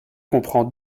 comprend